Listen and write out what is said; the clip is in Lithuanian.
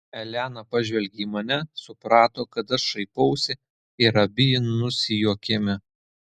elena pažvelgė į mane suprato kad aš šaipausi ir abi nusijuokėme